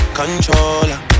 controller